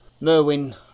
Merwin